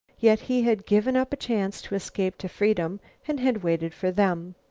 yet he had given up a chance to escape to freedom and had waited for them.